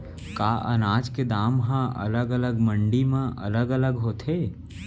का अनाज के दाम हा अलग अलग मंडी म अलग अलग होथे?